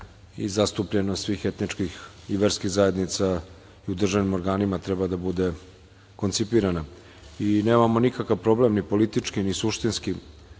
i zastupljenost svih etičkih i verskih zajednica u državnim organima treba da bude koncipirana. Nemamo nikakav problem ni politički, ni suštinski